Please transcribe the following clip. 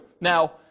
Now